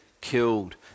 killed